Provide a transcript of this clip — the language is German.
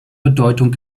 bedeutung